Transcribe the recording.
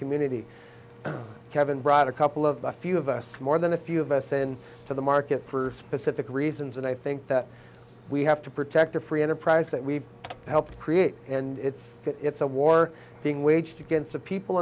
community kevin brought a couple of a few of us more than a few of us in to the market for specific reasons and i think that we have to protect the free enterprise that we've helped create and it's it's a war being waged against the people